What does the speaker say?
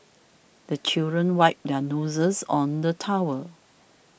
the children wipe their noses on the towel